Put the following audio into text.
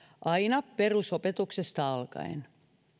aina perusopetuksesta alkaen